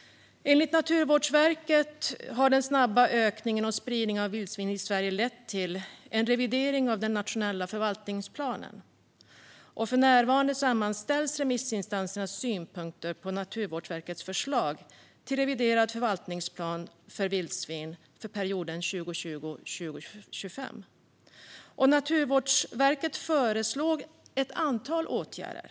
Enligt Naturvårdsverket har den snabba ökningen och spridningen av vildsvin i Sverige lett till en revidering av den nationella förvaltningsplanen. För närvarande sammanställs remissinstansernas synpunkter på Naturvårdsverkets förslag till reviderad förvaltningsplan för vildsvin för perioden 2020-2025. Naturvårdsverket föreslår ett antal åtgärder.